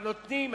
אבל נותנים.